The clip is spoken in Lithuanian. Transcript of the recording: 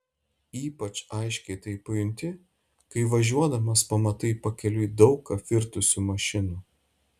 ypač aiškiai tai pajunti kai važiuodamas pamatai pakeliui daug apvirtusių mašinų